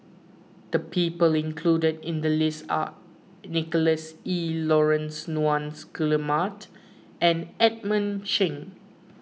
the people included in the list are Nicholas Ee Laurence Nunns Guillemard and Edmund Cheng